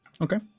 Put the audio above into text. Okay